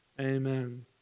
amen